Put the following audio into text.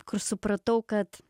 kur supratau kad